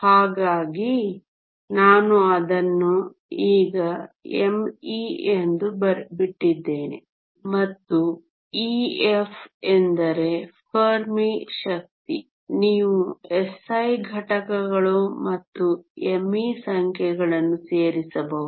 ಹಾಗಾಗಿ ನಾನು ಅದನ್ನು ಈಗ me ಎಂದು ಬಿಟ್ಟಿದ್ದೇನೆ ಮತ್ತು Ef ಎಂದರೆ ಫೆರ್ಮಿ ಶಕ್ತಿ ನೀವು SI ಘಟಕಗಳು ಮತ್ತು me ಸಂಖ್ಯೆಗಳನ್ನು ಸೇರಿಸಬಹುದು